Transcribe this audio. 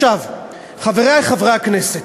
חברי חברי הכנסת,